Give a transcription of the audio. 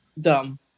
Dumb